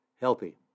Healthy